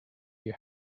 you